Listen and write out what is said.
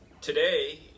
today